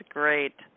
great